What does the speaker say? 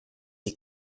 les